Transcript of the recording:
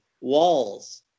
walls